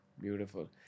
Beautiful